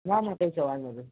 શા માટે જવાનું છે